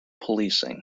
policing